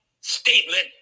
statement